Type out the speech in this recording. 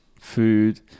Food